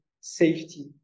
safety